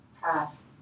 past